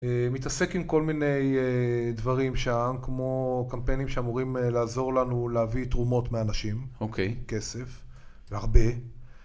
מתעסק עם כל מיני דברים שם, כמו קמפיינים שאמורים לעזור לנו להביא תרומות מאנשים, אוקיי, כסף, והרבה.